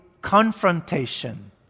confrontation